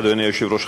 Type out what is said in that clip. אדוני היושב-ראש,